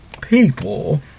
people